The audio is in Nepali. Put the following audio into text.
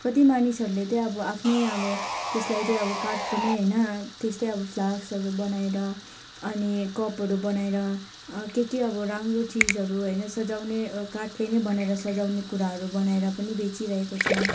कति मानिसहरूले चाहिँ अब आफ्नै अब त्यसलाई चाहिँ अब काठको नै होइन त्यस्तै अब फ्लासहरू बनाएर अनि कपहरू बनाएर के के अब राम्रो चिजहरू होइन सजाउने काठले नै बनाएर सजाउने कुराहरू बनाएर पनि बेची रहेको छ